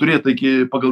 turėtą iki pagal